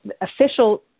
official